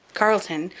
carleton,